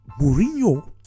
Mourinho